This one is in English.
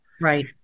Right